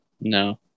No